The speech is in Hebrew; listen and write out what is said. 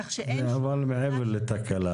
כך שאין -- אבל מעבר לתקלה,